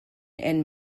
and